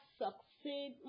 succeed